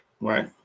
Right